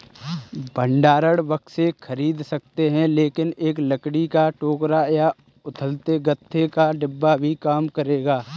भंडारण बक्से खरीद सकते हैं लेकिन एक लकड़ी का टोकरा या उथले गत्ते का डिब्बा भी काम करेगा